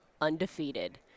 undefeated